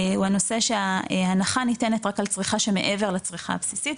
הוא הנושא שההנחה ניתנת רק על הצריכה שמעבר לצריכה הבסיסית,